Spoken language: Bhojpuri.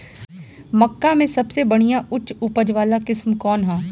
मक्का में सबसे बढ़िया उच्च उपज वाला किस्म कौन ह?